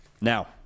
Now